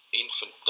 infant